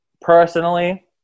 personally